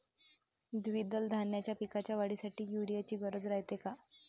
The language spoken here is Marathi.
द्विदल धान्याच्या पिकाच्या वाढीसाठी यूरिया ची गरज रायते का?